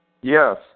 Yes